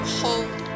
hold